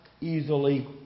easily